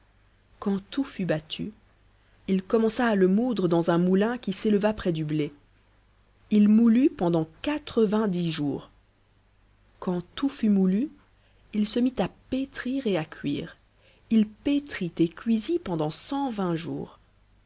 quand tout fut battu il commença à le moudre dans un moulin qui s'éleva près du blé il moulut pendant quatre-vingt-dix jours quand tout fut moulu il se mit à pétrir et à cuire il pétrit et cuisit pendant cent vingt jours